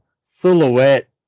silhouette